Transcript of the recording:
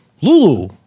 Lulu